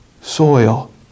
soil